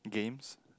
games